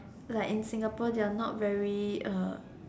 like in Singapore they are not very uh